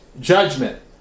judgment